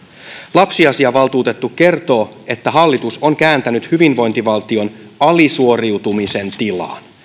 lapsiasiavaltuutettu kertoo että hallitus on kääntänyt hyvinvointivaltion alisuoriutumisen tilaan